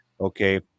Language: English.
Okay